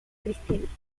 cristianismo